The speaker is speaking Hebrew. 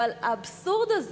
אבל האבסורד הזה,